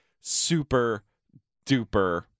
super-duper-